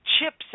chips